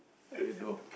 okay no